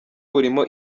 burimo